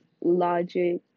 logic